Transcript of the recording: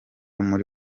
muri